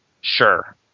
Sure